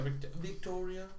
Victoria